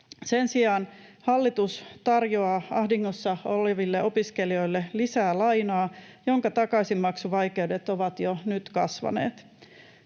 Sen sijaan hallitus tarjoaa ahdingossa oleville opiskelijoille lisää lainaa, jonka takaisinmaksuvaikeudet ovat jo nyt kasvaneet.